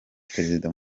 perezida